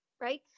right